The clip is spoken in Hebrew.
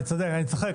אני צוחק,